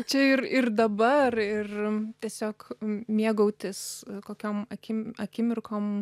čia ir ir dabar ir tiesiog mėgautis kokiom akim akimirkom